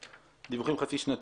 דיווחים חצי שנתיים.